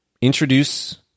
Introduce